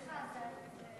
שרן השכל.